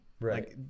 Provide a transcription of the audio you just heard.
Right